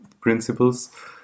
principles